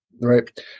Right